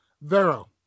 Vero